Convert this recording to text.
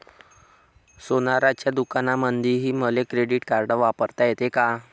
सोनाराच्या दुकानामंधीही मले क्रेडिट कार्ड वापरता येते का?